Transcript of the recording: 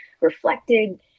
reflected